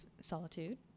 solitude